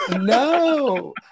No